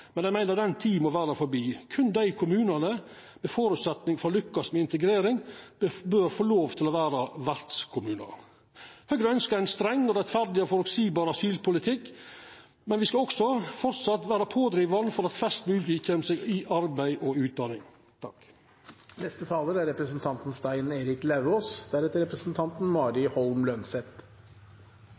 men eg meiner den tida må vera forbi. Berre dei kommunane som har føresetnad for å lykkast med integrering, bør få lov til å vera vertskommunar. Høgre ønskjer ein streng, rettferdig og føreseieleg asylpolitikk, men me skal også framleis vera pådrivarar for at flest mogleg kjem seg i arbeid og utdanning. Arbeiderpartiet er